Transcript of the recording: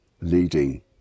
leading